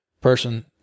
person